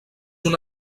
una